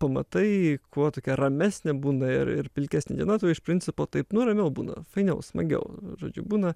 pamatai kuo tokia ramesnė būna ir ir pilkesnė diena tuo iš principo taip nu ramiau būna fainiau smagiau žodžiu būna